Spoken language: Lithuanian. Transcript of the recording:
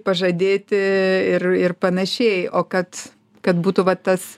pažadėti ir ir panašiai o kad kad būtų va tas